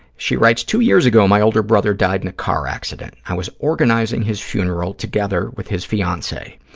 she writes, two years ago, my older brother died in a car accident. i was organizing his funeral together with his fiancee.